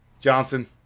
Johnson